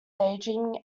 daydreaming